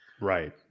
Right